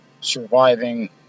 surviving